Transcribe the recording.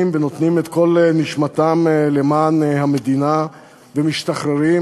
ונותנים את כל נשמתם למען המדינה ומשתחררים.